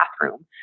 bathroom